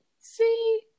See